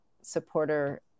supporter